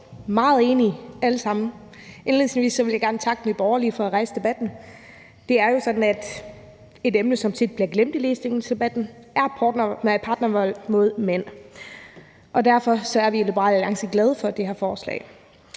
meget enige. Indledningsvis vil jeg gerne takke Nye Borgerlige for at rejse debatten. Det er jo sådan, at et emne, som tit bliver glemt i ligestillingsdebatten, er partnervold mod mænd, og derfor er vi i Liberal Alliance glade for det her forslag.